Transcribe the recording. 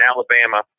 Alabama